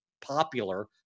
popular